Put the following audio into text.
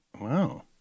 Wow